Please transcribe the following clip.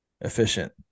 efficient